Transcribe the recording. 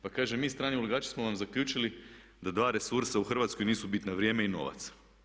Pa kaže mi strani ulagači smo vam zaključili da dva resursa u Hrvatskoj nisu bitna, vrijeme i novac.